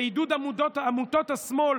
ובעידוד עמותות השמאל